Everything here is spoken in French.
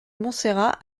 montserrat